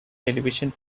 television